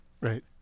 Right